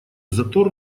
затор